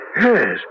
Yes